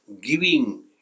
giving